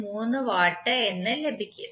3 watt എന്ന് ലഭിക്കും